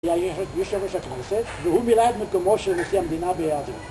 היה יושב ראש הכנסת, והוא מלא מקומו של ראשי המדינה בהיעדרו.